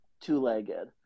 two-legged